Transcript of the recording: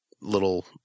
little